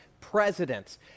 presidents